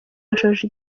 yashoje